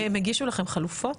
הם הגישו לכם חלופות?